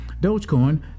Dogecoin